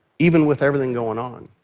even with everything going on.